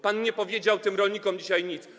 Pan nie powiedział tym rolnikom dzisiaj nic.